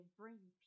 bring